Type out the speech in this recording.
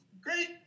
great